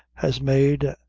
has made,